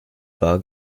bar